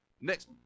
next